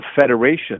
federation